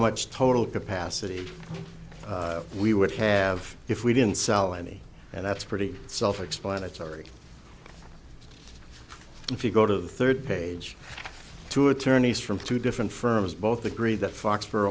much total capacity we would have if we didn't sell any and that's pretty self explanatory if you go to the third page to attorneys from two different firms both agreed that fox for